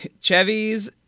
Chevy's